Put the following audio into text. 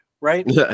right